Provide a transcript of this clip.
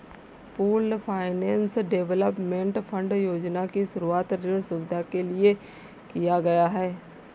pooled finance development fund योजना की शुरूआत ऋण सुविधा के लिए किया गया है